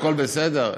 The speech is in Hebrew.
הכול בסדר?